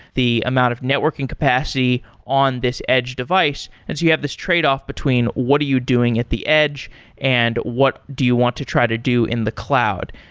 the amount of networking capacity on this edge device, and so you have this trade-off between what are you doing at the edge and what do you want to try to do in the cloud?